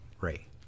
Ray